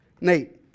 Nate